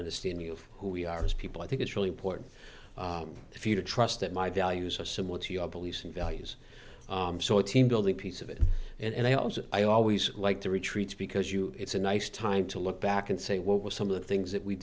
understanding of who we are as people i think it's really important if you trust that my values are similar to your beliefs and values so a team building piece of it and they also i always like to retreats because you it's a nice time to look back and say what were some of the things that we